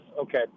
Okay